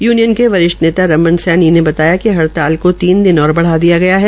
union के वरिष्ठ नेता रमम सैनी ने बताया कि हइताल की तीन दिन ओर बढ़ा दिया गया है